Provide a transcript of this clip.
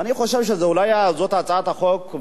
ואני חושב שזו אולי הצעת החוק,